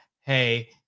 Hey